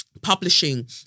Publishing